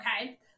okay